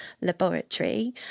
laboratory